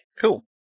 cool